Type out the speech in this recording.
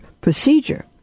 procedure